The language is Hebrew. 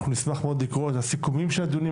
אנחנו נשמח מאוד לקרוא את הסיכומים של הדיונים